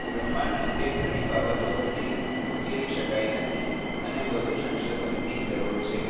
બ્રહ્માંડ અંગે ઘણી બાબતો હજી ઉકેલી શકાઈ નથી અને વધુ સંશોધનની જરૂર છે